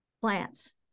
plants